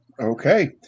Okay